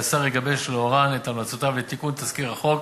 והשר יגבש לאורן את המלצותיו לתיקון תזכיר החוק